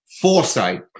foresight